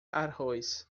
arroz